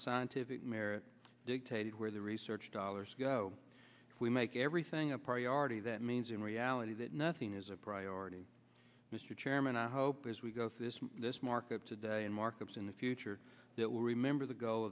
scientific merit dictated where the research dollars go we make everything a priority that means in reality that nothing is a priority mr chairman i hope as we go through this market today and markets in the future that will remember the goal